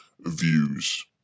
views